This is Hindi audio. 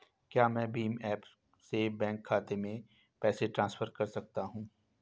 क्या मैं भीम ऐप से बैंक खाते में पैसे ट्रांसफर कर सकता हूँ?